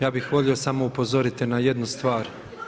Ja bih volio samo upozoriti na jednu stvar.